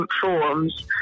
forms